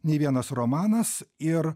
nei vienas romanas ir